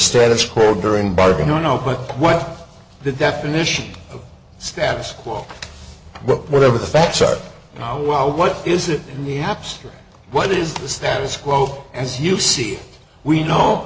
status quo during bargain or no but when the definition of status quo whatever the facts are oh well what is it in the abstract what is the status quo as you see we know